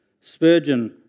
Spurgeon